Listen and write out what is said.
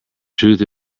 truth